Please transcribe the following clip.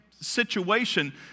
situation